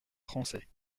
français